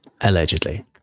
Allegedly